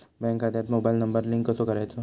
Bank खात्यात mobile number link कसो करायचो?